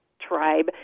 tribe